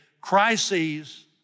Crises